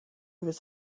was